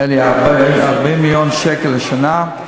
נדמה לי, 40 מיליון שקל לשנה.